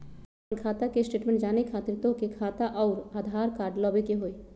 आपन खाता के स्टेटमेंट जाने खातिर तोहके खाता अऊर आधार कार्ड लबे के होइ?